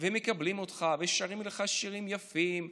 ומקבלים אותך ושרים לך שירים יפים,